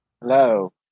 hello